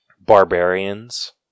barbarians